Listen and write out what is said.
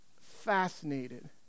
fascinated